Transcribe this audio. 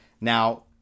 Now